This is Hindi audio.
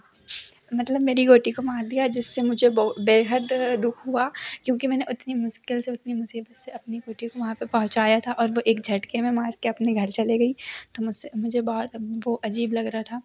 मतलब मेरी गोटी को मार दिया जिससे मुझे बेहद दुख हुआ क्योंकि मैंने उतनी मुश्किल से उतनी मुसीबत से अपनी गोटियों को वहाँ पर पहुँचाया था और वह एक झटके में मार के अपने घल चले गई तो मुझसे मुझे बहुत अब वह अजीब लगा रहा था